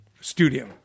studio